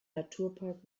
naturpark